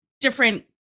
different